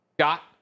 Scott